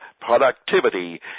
productivity